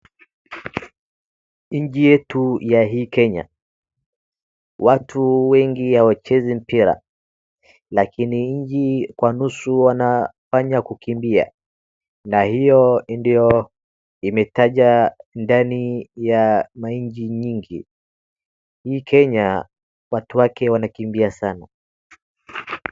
Nchi yetu ya hii Kenya, watu wengi hawachezi mpira lakini nchi kwa nusu wanafanya kukimbia na hiyo ndio imetaja ndani ya manchi nyingi. Hii Kenya watu wake wanakimbia sana.